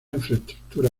infraestructura